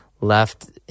left